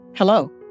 Hello